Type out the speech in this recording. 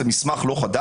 זה מסמך לא חדש,